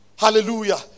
Hallelujah